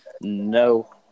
No